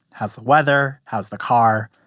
how's the weather? how's the car?